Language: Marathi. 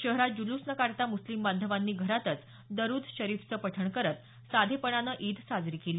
शहरात जुलूस न काढता मुस्लिम बांधवांनी घरातच दरुद शरीफचं पठण करत साधेपणानं ईद साजरी केली